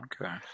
Okay